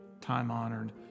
time-honored